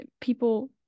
people